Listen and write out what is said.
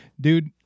Dude